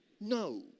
no